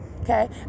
okay